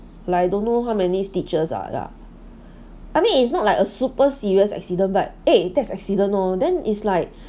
like I don't know how many stitches ah lah I mean it's not like a super serious accident but eh that's accident lor then is like